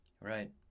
right